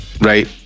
Right